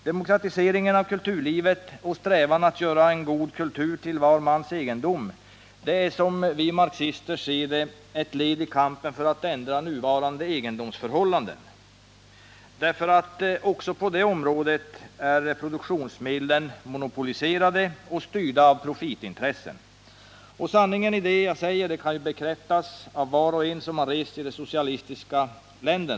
Demokratiseringen av kulturlivet och strävan att göra en god kultur till var mans egendom är, som vi marxister ser det, ett led i kampen för att ändra nuvarande egendomsförhållanden, därför att produktionsmedlen också på det området är monopoliserade och styrda av profitintressen. Sanningen i det jag säger kan bekräftas av var och en som har rest i socialistiska länder.